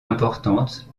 importante